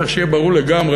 צריך שיהיה ברור לגמרי,